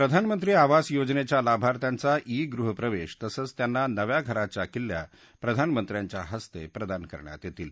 प्रधानमंत्री आवास योजनेच्या लाभार्थ्यांचा ई गृहप्रवेश तसंच त्यांना नव्या घराच्या किल्ल्या प्रधानमंत्र्यांच्या हस्ते प्रदान करण्यात येतील